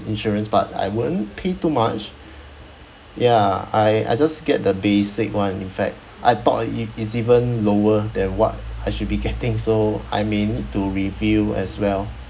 insurance but I wouldn't pay too much ya I I just get the basic [one] in fact I thought i~ is even lower than what I should be getting so I may need to review as well